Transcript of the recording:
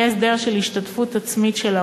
יהיה הסדר של השתתפות עצמית של ההורים.